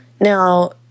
Now